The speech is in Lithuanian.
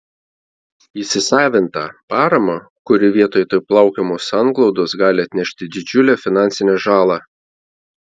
įsisavintą paramą kuri vietoj taip laukiamos sanglaudos gali atnešti didžiulę finansinę žalą